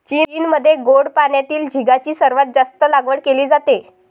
चीनमध्ये गोड पाण्यातील झिगाची सर्वात जास्त लागवड केली जाते